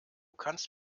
kannst